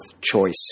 choice